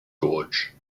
gorge